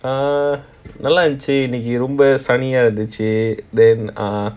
err நல்ல இருந்துச்சு இன்னைக்கு ரொம்ப:nalla irunthuchu innaikku romba jolly ah இருந்துச்சு:irunthuchu then err